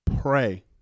pray